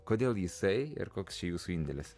kodėl jisai ir koks čia jūsų indėlis